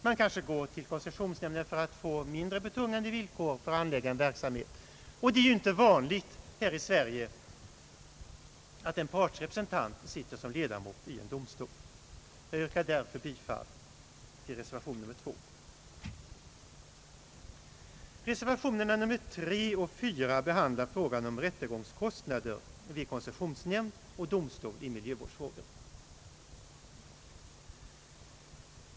Man går kanske till koncessionsnämnden för att få mindre betungande villkor för anläggning av verksamhet, och det är inte vanligt här i Sverige att en partsrepresentant sitter som ledamot i domstol. Jag yrkar därför bifall till reservation II. Reservationerna III och IV behandlar frågan om = <rättegångskostnader i miljövårdsärenden vid koncessionsnämnd och domstol.